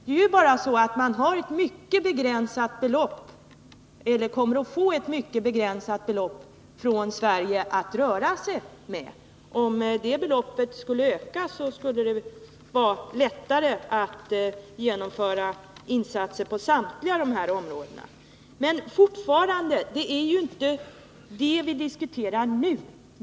Det är bara så att man kommer att få ett mycket begränsat belopp från Sverige att röra sig med. Om det beloppet ökades skulle det vara lättare att genomföra insatser på samtliga områden. Men fortfarande är det ju inte detta vi diskuterar nu.